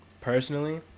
personally